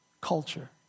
culture